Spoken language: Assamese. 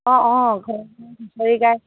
অঁ অঁ ঘৰে ঘৰে হুচৰি গাই